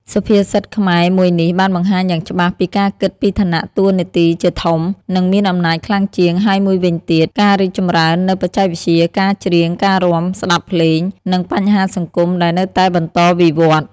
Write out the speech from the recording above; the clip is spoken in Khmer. សុភាសិតខ្មែរមួយនេះ បានបង្ហាញយ៉ាងច្បាស់ពីការគិតពីឋានៈតួនាទីជាធំ និងមានអំណាចខ្លាំងជាង ហើយមួយវិញទៀត ការរីកចម្រើននូវបច្ចេកវិទ្យា ការច្រៀង ការរាំ ស្ដាប់ភ្លេង និងបញ្ហាសង្គមដែលនៅតែបន្តវិវត្តន៍។